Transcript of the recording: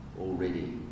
already